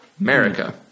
America